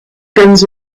guns